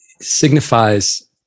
signifies